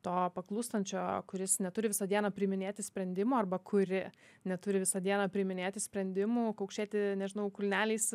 to paklūstančio kuris neturi visą dieną priiminėti sprendimų arba kuri neturi visą dieną priiminėti sprendimų kaukšėti nežinau kulneliais